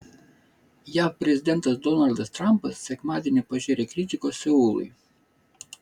jav prezidentas donaldas trampas sekmadienį pažėrė kritikos seului